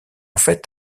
fait